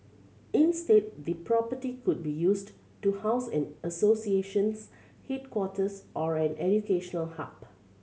instead the property could be used to house an association's headquarters or an educational hub